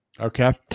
okay